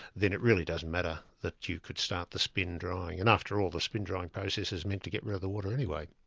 then it really doesn't matter that you could start the spin-drying. and after all, the spin-drying process is meant to get rid of the water anyway.